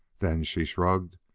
then, she shrugged,